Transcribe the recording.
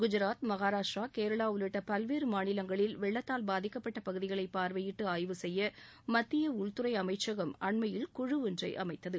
குஜராத் மஹாராஷ்டிரா கேரளா உள்ளிட்ட பல்வேறு மாநிலங்களில் வெள்ளத்தால் பாதிக்ப்பட்ட பகுதிகளை பார்வையிட்டு ஆய்வு செய்ய மத்தய உள்துறை அமைச்சகம் அண்மயில் குழு ஒன்றை அமைத்தது